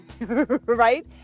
right